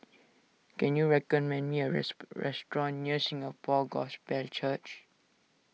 can you recommend me a restaurant near Singapore Gospel Church